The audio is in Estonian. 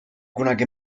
kunagi